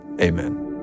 amen